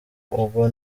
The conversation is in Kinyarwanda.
ugwa